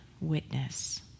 witness